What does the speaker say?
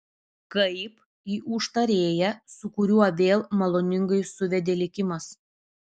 kaip į užtarėją su kuriuo vėl maloningai suvedė likimas